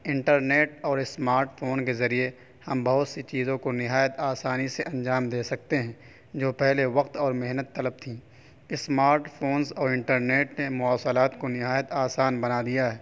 internet اور smart phone کے ذریعے ہم بہت سی چیزوں کو نہایت آسانی سے انجام دے سکتے ہیں جو پہلے وقت اور محنت طلب تھی اسماٹ فونس اور انٹرنیٹ نے مواصلات کو نہایت آسان بنا دیا ہے